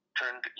turned